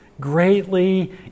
greatly